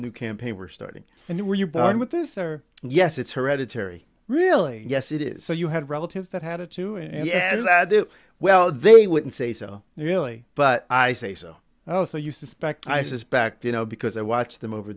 new campaign we're starting and you were you born with this or yes it's hereditary really yes it is so you had relatives that had it too and yes i do well they wouldn't say so really but i say so oh so you suspect i suspect you know because i watched them over